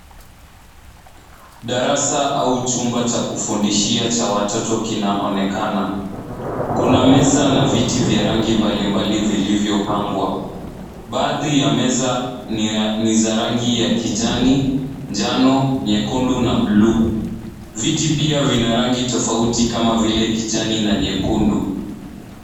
Darasa au chumba cha kufundishia cha watoto kinaonekana. Kuna meza na viti vya rangi mbalimbali vilivyopangwa. Baadhi ya meza ni za rangi ya kijani, njano, nyekundu na buluu. Viti pia vina rangi tofauti kama vile kijani na nyekundu.